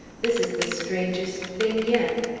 this is the strangest thing yet.